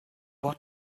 what